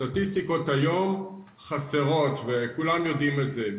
סטטיסטיקות היום חסרות, וכולם יודעים את זה.